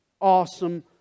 Awesome